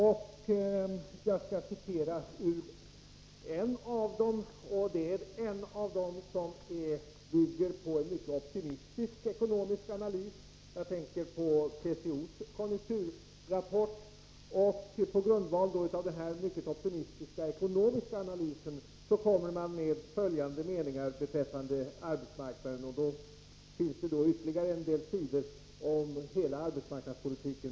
Jag skall citera ur en av dem, och det är en av dem som bygger på en mycket optimistisk ekonomisk analys — jag tänker på TCO:s konjunkturrapport. På grundval av denna mycket optimistiska ekonomiska analys uttalar man följande meningar beträffande arbetsmarknaden — och man ägnar också ytterligare en del sidor åt hela arbetsmarknadspolitiken.